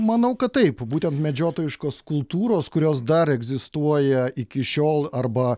manau kad taip būtent medžiotojiškos kultūros kurios dar egzistuoja iki šiol arba